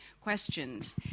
questions